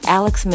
Alex